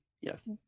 yes